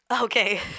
Okay